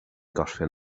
gorffen